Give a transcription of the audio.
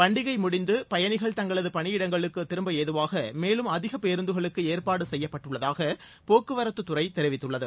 பண்டிகை முடிந்து பயணிகள் தங்களது பணியிடங்களுக்கு திரும்ப ஏதுவாக மேலும் அதிக பேருந்துகளுக்கு ஏற்பாடு செய்யப்பட்டுள்ளதாக போக்குவரத்துத் துறை தெரிவித்துள்ளது